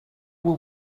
will